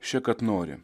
še kad nori